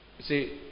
see